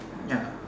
ya